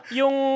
yung